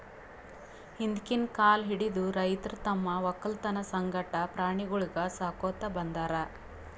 ಹಿಂದ್ಕಿನ್ ಕಾಲ್ ಹಿಡದು ರೈತರ್ ತಮ್ಮ್ ವಕ್ಕಲತನ್ ಸಂಗಟ ಪ್ರಾಣಿಗೊಳಿಗ್ ಸಾಕೋತ್ ಬಂದಾರ್